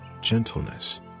gentleness